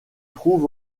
trouve